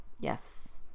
yes